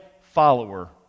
follower